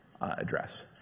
address